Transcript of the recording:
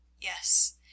Yes